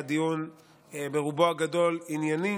הדיון ברובו הגדול ענייני,